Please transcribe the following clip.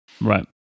Right